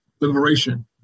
liberation